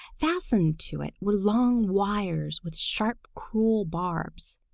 fastened to it were long wires with sharp cruel barbs.